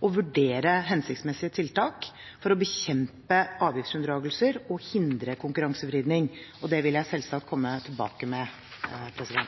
vurdere hensiktsmessige tiltak for å bekjempe avgiftsunndragelser og hindre konkurransevridning, og det vil jeg selvsagt komme tilbake til.